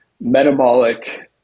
metabolic